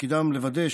שתפקידם לוודא,